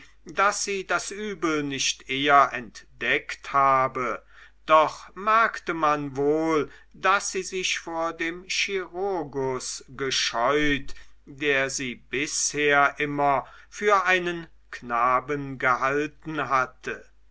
daß sie das übel nicht eher entdeckt habe doch merkte man wohl daß sie sich vor dem chirurgus gescheut der sie bisher immer für einen knaben gehalten hatte